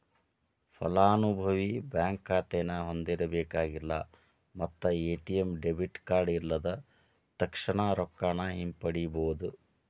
ಫಲಾನುಭವಿ ಬ್ಯಾಂಕ್ ಖಾತೆನ ಹೊಂದಿರಬೇಕಾಗಿಲ್ಲ ಮತ್ತ ಎ.ಟಿ.ಎಂ ಡೆಬಿಟ್ ಕಾರ್ಡ್ ಇಲ್ಲದ ತಕ್ಷಣಾ ರೊಕ್ಕಾನ ಹಿಂಪಡಿಬೋದ್